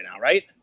right